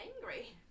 angry